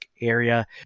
area